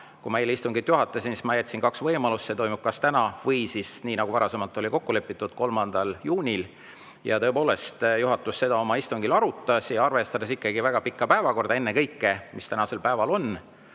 Kui ma eile istungit juhatasin, siis ma jätsin kaks võimalust: see toimub kas täna või siis, nii nagu varasemalt oli kokku lepitud, 3. juunil. Tõepoolest, juhatus seda oma istungil arutas ja arvestades ikkagi väga pikka päevakorda ennekõike, mis tänasel päeval on,